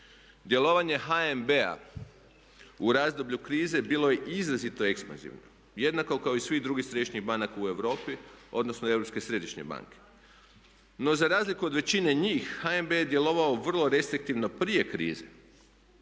Djelovanje HNB-a u razdoblju krize bilo je izrazito ekspanzivno jednako kao i svih drugi središnjih banaka u Europi odnosno Europske središnje banke. No za razliku od većine njih HNB je djelovao vrlo restriktivno prije krize